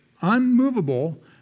unmovable